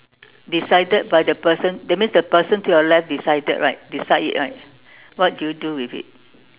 decided by the person that means the person to your left decided right decide it right what do you do with it